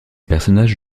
personnages